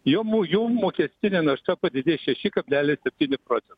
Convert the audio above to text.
jau jų mokestinė našta padidės šeši kablelis septyni procento